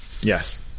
Yes